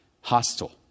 hostile